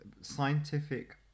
scientific